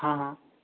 हां हां